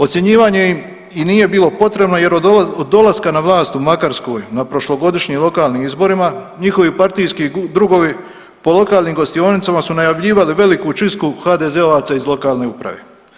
Ocjenjivanje im i nije bilo potrebno jer dolaska na vlas u Makarskoj na prošlogodišnjim lokalnim izborima njihovi partijski drugovi po lokalnim gostionicama su najavljivali veliku čistku HDZ-ovaca iz lokalne uprave.